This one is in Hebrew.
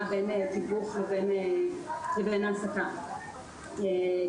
בין תיווך לבין העסקה מבחינה מקצועית.